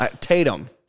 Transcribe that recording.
Tatum